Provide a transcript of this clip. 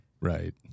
Right